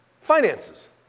Finances